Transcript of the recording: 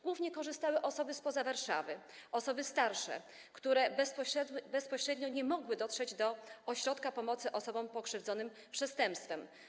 Głównie korzystały osoby spoza Warszawy, osoby starsze, które bezpośrednio nie mogły dotrzeć do ośrodka pomocy osobom pokrzywdzonym przestępstwem.